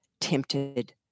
tempted